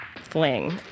fling